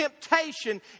temptation